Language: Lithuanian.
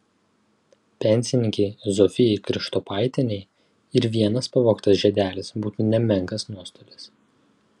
pensininkei zofijai krištopaitienei ir vienas pavogtas žiedelis būtų nemenkas nuostolis